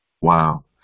Wow